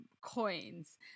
Coins